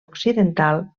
occidental